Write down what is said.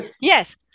Yes